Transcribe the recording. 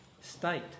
state